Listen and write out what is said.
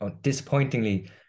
disappointingly